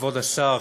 כבוד השר,